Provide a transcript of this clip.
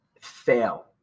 fail